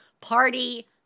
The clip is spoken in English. party